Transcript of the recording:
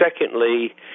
secondly